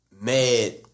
mad